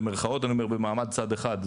במירכאות אני אומר, במעמד צד אחד.